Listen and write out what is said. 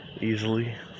easily